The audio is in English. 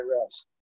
rest